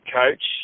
coach